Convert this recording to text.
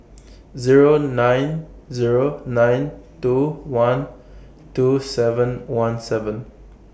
Zero nine Zero nine two one two seven one seven